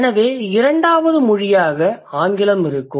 எனவே இரண்டாவது மொழியாக ஆங்கிலம் இருக்கும்